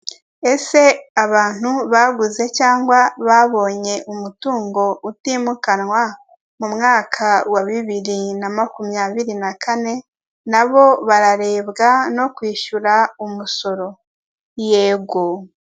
Uburyo bushya bwo kwishyura wifashishije ikoranabuhanga cyangwa apurikasiyo bwakemuye ibintu byinshi cyane nkuko ubona uyu musore witwa ganza arimo arohereza amafaranga niba ntibeshye neza, gusa sibyo byonyine bishobora gukorwa kuko ashobora kwishyura umuriro ndetse n'amazi akoresheje ibindi bivugagwa biri mu mabara y'umuhondo ndetse n'umweru, anateruye telefone ye rwose nta kindi kintu ari gukoresha nkuko ubibona.